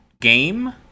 game